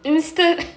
instant